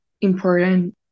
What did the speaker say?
important